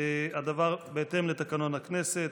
והדבר הוא בהתאם לתקנון הכנסת,